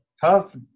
Tough